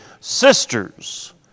sisters